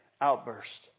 Outburst